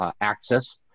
access